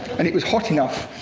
and it was hot enough,